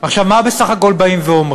עכשיו, מה בסך הכול אומרים?